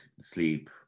sleep